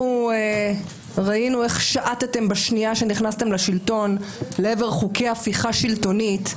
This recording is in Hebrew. ראינו איך שעטתם בשנייה שנכנסתם לשלטון לעבר חוקי הפיכה שלטונית,